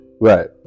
right